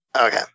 Okay